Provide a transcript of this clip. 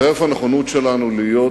חרף הנכונות שלנו להיות